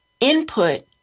input